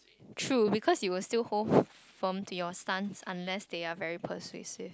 true because you will still hold firm to your stance unless they are very persuasive